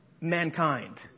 mankind